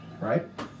right